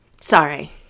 Sorry